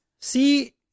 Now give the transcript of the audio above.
See